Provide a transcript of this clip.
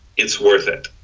it's worth it